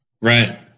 Right